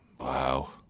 Wow